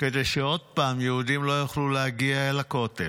כדי שעוד פעם יהודים לא יוכלו להגיע אל הכותל.